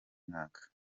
mwaka